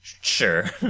Sure